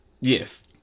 Yes